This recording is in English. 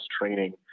training